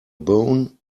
bone